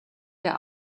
der